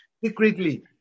Secretly